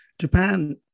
Japan